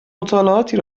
مطالعاتی